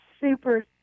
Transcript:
super